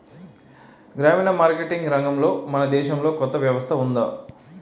గ్రామీణ ఈమార్కెటింగ్ రంగంలో మన దేశంలో కొత్త వ్యవస్థ ఉందా?